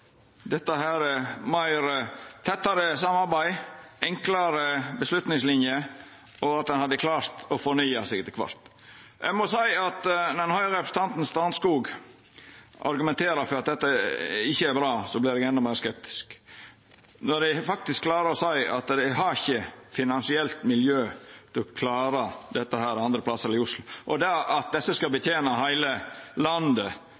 tettare samarbeid, enklare avgjerdsliner og at ein hadde klart å fornya seg etter kvart. Når ein høyrer representanten Strandskog argumentera for at dette ikkje er bra, vert eg endå meir skeptisk. Ein klarer å seia at ein har ikkje finansielt miljø til å klara dette andre plassar enn i Oslo, at det at desse skal betena heile landet,